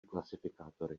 klasifikátory